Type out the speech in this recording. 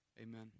Amen